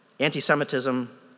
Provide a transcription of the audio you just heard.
anti-Semitism